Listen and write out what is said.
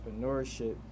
entrepreneurship